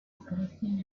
crecen